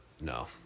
No